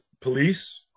police